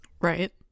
Right